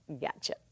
gotcha